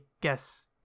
guess